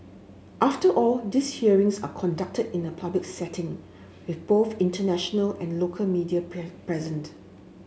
after all these hearings are conducted in a public setting with both international and local media present